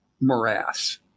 morass